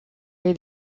est